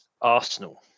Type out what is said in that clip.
Arsenal